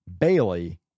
Bailey